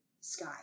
sky